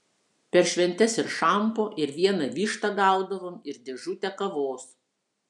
per šventes ir šampo ir vieną vištą gaudavom ir dėžutę kavos